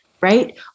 Right